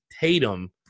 Tatum